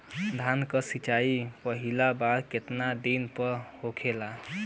धान के सिचाई पहिला बार कितना दिन पे होखेला?